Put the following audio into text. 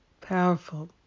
powerful